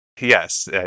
Yes